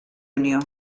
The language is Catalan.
unió